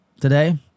today